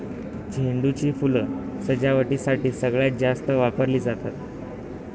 झेंडू ची फुलं सजावटीसाठी सगळ्यात जास्त वापरली जातात